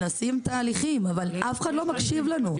מנסים תהליכים, אבל אף אחד לא מקשיב לנו.